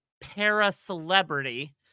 para-celebrity